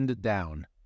down